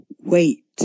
Wait